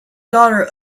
daughter